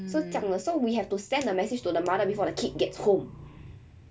是这样的 so we have to send a message to the mother before the kid gets home